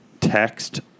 text